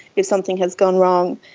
if something has gone wrong,